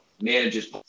manages